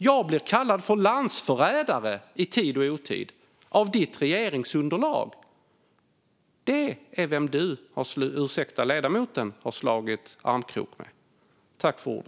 Jag blir kallad landsförrädare i tid och otid av ledamotens regeringsunderlag - det är vem ledamoten har slagit armkrok med.